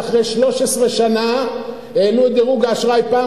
שאחרי 13 שנה העלו את דירוג האשראי פעם